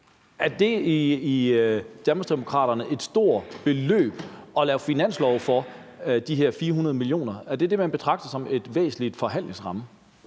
kr. ifølge Danmarksdemokraterne et stort beløb at lave finanslov for? Er det det, man betragter som en væsentlig forhandlingsramme?